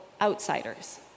outsiders